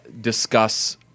discuss